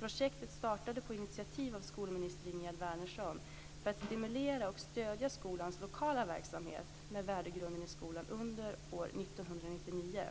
Projektet startade på initiativ av skolminister Ingegerd Wärnersson för att stimulera och stödja skolans lokala verksamhet med värdegrunden i skolan under år 1999.